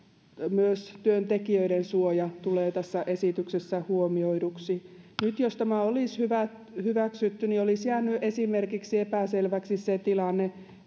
myös työntekijöiden suoja tulee tässä esityksessä huomioiduksi nyt jos tämä olisi hyväksytty niin olisi esimerkiksi jäänyt epäselväksi se tilanne